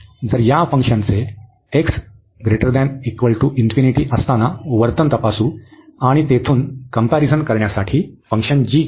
तर या फंक्शनचे x असताना वर्तन तपासू आणि तेथून कम्पॅरिझन करण्यासाठी फंक्शन g घेऊ